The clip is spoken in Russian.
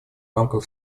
рамках